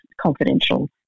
confidential